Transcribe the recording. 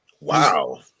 Wow